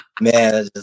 man